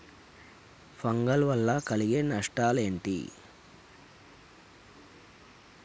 Fungal వల్ల కలిగే నష్టలేంటి?